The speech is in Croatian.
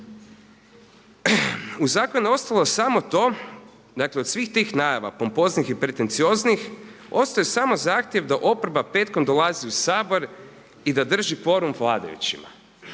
U zakonu je ostalo još samo to, dakle od svih tih najava pompoznih i pretencioznih, ostao je samo zahtjev da oporba petkom dolazi u Sabor i da drži kvorum vladajućima.